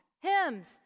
hymns